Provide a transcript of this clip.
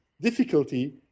difficulty